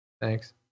Thanks